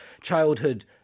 childhood